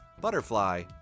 butterfly